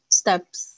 steps